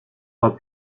pas